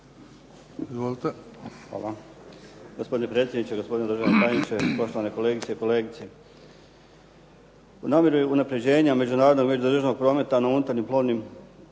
Hvala.